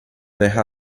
terra